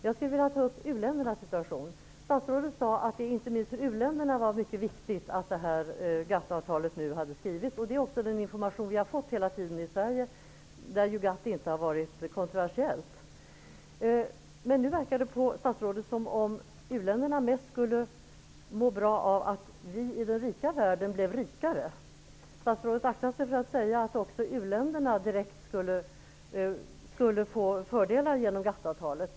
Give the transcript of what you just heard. Jag skulle vilja ta upp u-ländernas situation. Statsrådet sade att det inte minst för u-länderna var mycket viktigt med GATT-avtal. Det är samma information som vi hela tiden har fått i Sverige, där GATT inte har varit kontroversiellt. Men nu verkar det på statsrådet som om uländerna mest skulle må bra av att vi i den rika världen blev rikare. Statsrådet aktar sig för att säga att också u-länderna direkt skulle få fördelar genom GATT-avtalet.